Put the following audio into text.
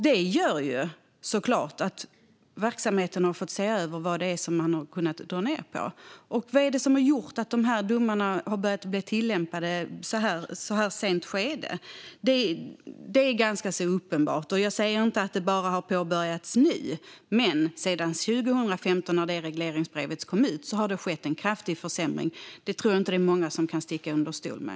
Det gör såklart att verksamheten har fått se över vad man har kunnat dra ned på. Vad som gjort att dessa domar har börjat tillämpas i ett så här sent skede är ganska uppenbart. Jag säger inte att det har påbörjats nu, men sedan 2015 då det regleringsbrevet kom har det skett en kraftig försämring. Det tror jag inte att någon kan sticka under stol med.